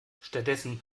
stattdessen